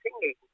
singing